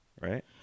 right